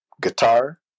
guitar